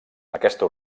aquesta